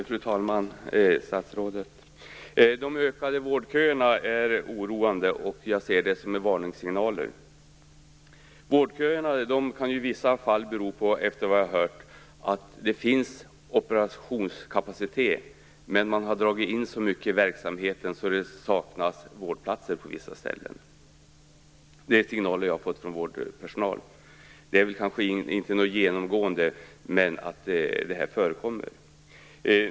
Fru talman! Statsrådet! De ökade vårdköerna är oroande. Jag ser dem som en varningssignal. Vårdköerna kan i vissa fall bero på att man har dragit in så mycket i verksamheten att det saknas vårdplatser på vissa ställen, trots att det finns operationskapacitet. Det är signaler jag har fått från vårdpersonal. Det är kanske inte något genomgående, men det förekommer.